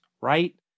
right